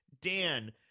Dan